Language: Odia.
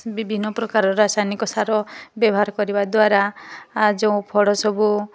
ବିଭିନ୍ନ ପ୍ରକାରର ରାସାୟନିକ ସାର ବ୍ୟବହାର କରିବା ଦ୍ୱାରା ଯେଉଁ ଫଳ ସବୁ